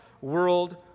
world